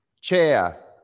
chair